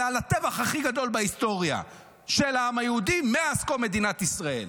אלא על הטבח הכי גדול בהיסטוריה של העם היהודי מאז קום מדינת ישראל.